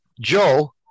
Joe